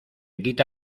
quita